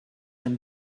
him